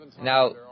Now